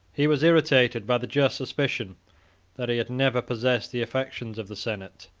he was irritated by the just auspicion that he had never possessed the affections of the senate,